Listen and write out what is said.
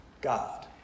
God